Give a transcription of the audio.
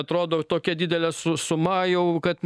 atrodo tokia didelė su suma jau kad